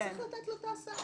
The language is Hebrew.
צריך לתת לו את ההסעה.